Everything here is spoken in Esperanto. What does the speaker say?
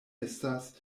estas